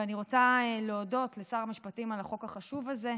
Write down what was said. ואני רוצה להודות לשר המשפטים על החוק החשוב הזה,